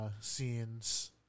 scenes